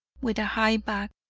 with a high back.